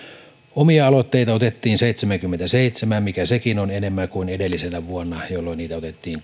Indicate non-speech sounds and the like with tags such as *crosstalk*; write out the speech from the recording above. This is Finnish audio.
omia aloitteita otettiin seitsemänkymmentäseitsemän mikä sekin on enemmän kuin edellisenä vuonna jolloin niitä otettiin *unintelligible*